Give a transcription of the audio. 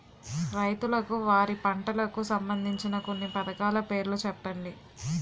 రైతులకు వారి పంటలకు సంబందించిన కొన్ని పథకాల పేర్లు చెప్పండి?